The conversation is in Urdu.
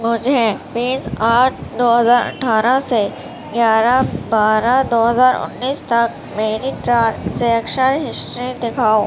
مجھے بیس آٹھ دو ہزار اٹھارہ سے گیارہ بارہ دو ہزار انیس تک میری ٹرانزیکشن ہسٹری دکھاؤ